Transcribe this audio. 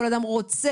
כל אדם רוצה,